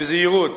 בזהירות,